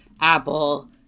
Apple